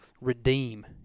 redeem